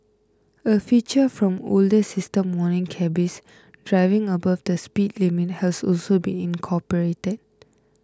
a feature from older system warning cabbies driving above the speed limit has also been incorporated